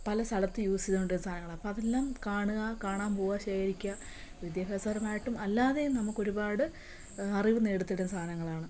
പല സ്ഥലത്ത് യൂസ് ചെയതുകൊണ്ടിരുന്ന സാധനങ്ങൾ അപ്പം അതെല്ലാം കാണുക കാണാൻ പോവുക ശേഖരിക്കുക വിദ്യാഭ്യാസപരമായിട്ടും അല്ലാതെയും നമുക്ക് ഒരുപാട് അറിവ് നേടി തരുന്ന സാധനങ്ങളാണ്